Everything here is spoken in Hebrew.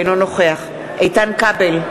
אינו נוכח איתן כבל,